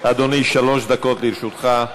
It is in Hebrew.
אדוני, שלוש דקות לרשותך,